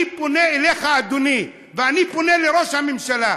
אני פונה אליך, אדוני, ואני פונה אל ראש הממשלה: